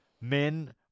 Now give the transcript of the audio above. men